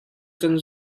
kan